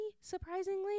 surprisingly